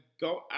go